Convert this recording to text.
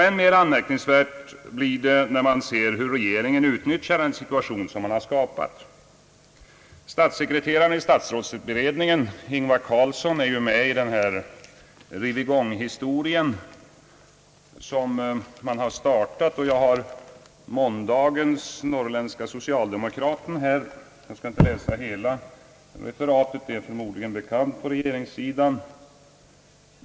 Än mera anmärkningsvärt är det att se hur regeringen utnyttjar den situation som den skapat. Statssekreteraren i statsrådsberedningen Ingvar Carlsson är med i den s.k. riv-i-gång-kampanjen, och han har blivit refererad i måndagens nummer av Norrländska Socialdemokraten. Jag skall inte läsa hela referatet, ty det är förmodligen bekant på regeringshåll.